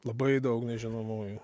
labai daug nežinomųjų